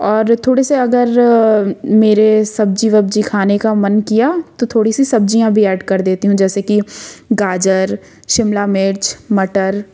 और थोड़े से अगर मेरे सब्जी वब्जी खाने का मन किया तो थोड़ी सी सब्जियाँ भी ऐड कर देती हूँ जैसे कि गाजर शिमला मिर्च मटर